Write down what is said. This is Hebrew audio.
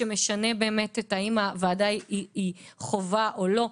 שמשנה את השאלה האם הוועדה היא חובה או לא.